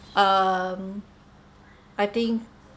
um I think